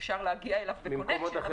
אפשר להגיע אליו בקונקשן.